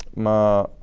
my